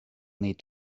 need